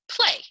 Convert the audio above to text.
play